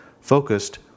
focused